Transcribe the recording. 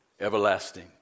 Everlasting